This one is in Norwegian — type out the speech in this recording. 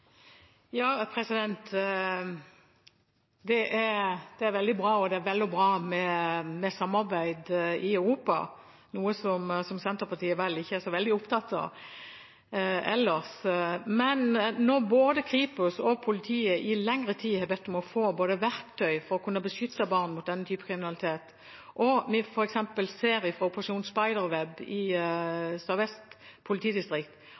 Det er veldig bra med samarbeid i Europa, noe som Senterpartiet vel ikke er så veldig opptatt av ellers. Både Kripos og politiet har i lengre tid bedt om å få verktøy for å kunne beskytte barn mot denne type kriminalitet, og vi ser fra Operasjon Spiderweb at Sør-Vest politidistrikt